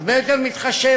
הרבה יותר מתחשבת,